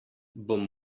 bom